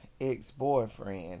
ex-boyfriend